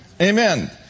Amen